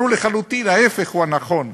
ברור לחלוטין, ההפך הוא הנכון.